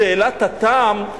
שאלת התם,